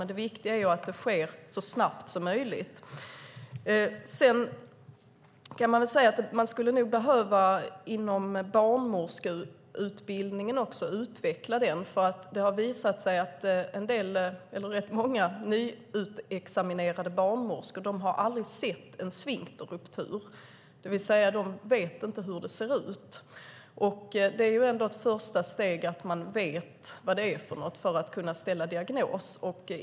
Men det viktiga är att det sker så snabbt som möjligt. Barnmorskeutbildningen skulle nog också behöva utvecklas, för det har visat sig att rätt många nyutexaminerade barnmorskor aldrig har sett en sfinkterruptur, det vill säga de vet inte hur den ser ut. Det är ändå ett första steg att man vet vad det är för något för att kunna ställa diagnos.